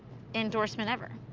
endorsement ever.